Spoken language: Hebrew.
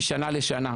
משנה לשנה.